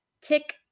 tick